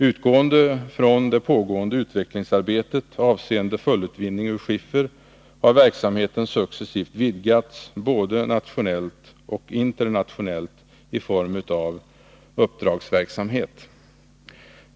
Utgående från det pågående utvecklingsarbetet avseende fullutvinning ur skiffer har verksamheten successivt vidgats både nationellt och internationellt i form av uppdragsverksamhet.